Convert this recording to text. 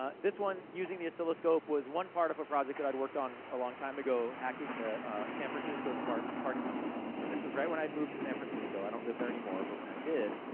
ah this one, using the oscilloscope was one part of a project that i'd worked on a long time ago, hacking the san francisco smart parking meters. and this was right when i'd moved to san francisco. i don't live there any more, but when i did,